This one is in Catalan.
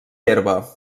herba